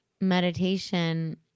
meditation